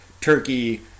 turkey